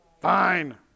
Fine